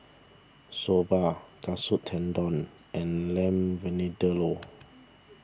Soba Katsu Tendon and Lamb Vindaloo